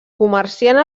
comerciant